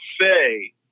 say